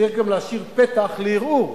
צריך גם להשאיר פתח לערעור,